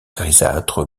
grisâtre